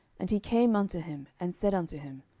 and he came unto him, and said unto him,